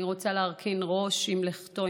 אני רוצה להרכין ראש עם לכתו,